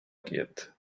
quiet